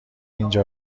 اینجا